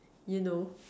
you know